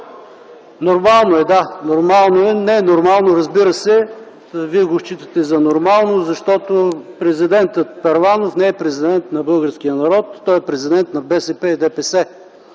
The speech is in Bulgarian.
Нормално е, да, нормално е?! Не е нормално, разбира се, а вие го считате за нормално, защото президентът Първанов не е президент на българския народ, той е президент на БСП и на ДПС.